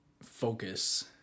focus